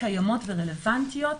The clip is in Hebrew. קיימות ורלוונטיות.